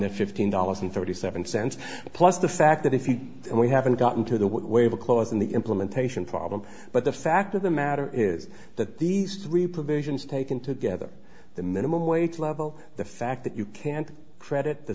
the fifteen dollars and thirty seven cents plus the fact that if you and we haven't gotten to the way of a clause in the implementation problem but the fact of the matter is that these three provisions taken together the minimum wage level the fact that you can't credit the